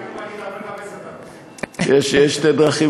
תיזהר,